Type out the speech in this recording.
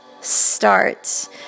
start